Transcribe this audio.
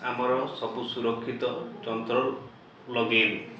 ଆମର ସବୁ ସୁରକ୍ଷିତ ଯନ୍ତ୍ର ଲଗାଇବୁ